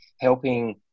helping